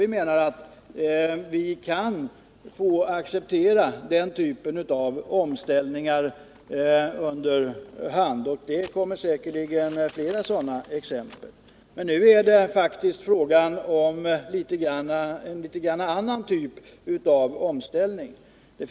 Vi menar att vi kan få acceptera den typen av omställningar, och det blir säkert flera sådana fall. Men här är det faktiskt fråga om en något annan typ av omställning.